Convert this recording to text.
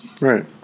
Right